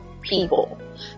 people